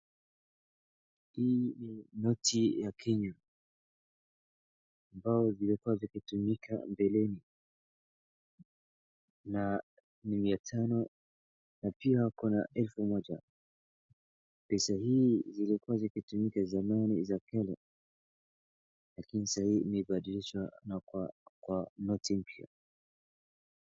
Hii ni noti ya Kenya, ambao zimekuwa zikitumika mbeleni, na ni mia tano, na pia kuna elfu moja. Pesa hii zimekuwa zikitumika zamani za kale, lakini sahii zimebadilishwa na kwa noti mpya.